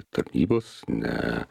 tarnybos ne